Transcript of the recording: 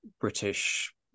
british